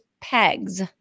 PEGs